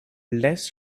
less